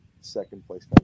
second-place